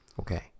Okay